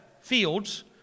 fields